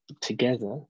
Together